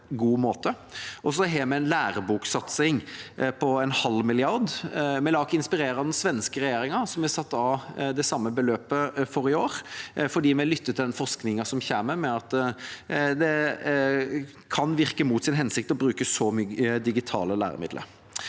Vi har en læreboksatsing på 0,5 mrd. kr. Vi lar oss inspirere av den svenske regjeringa, som har satt av det samme beløpet for i år, og det er fordi vi lytter til den forskningen som sier at det kan virke mot sin hensikt å bruke så mye digitale læremidler.